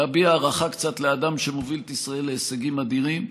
להביע הערכה קצת לאדם שמוביל את ישראל להישגים אדירים.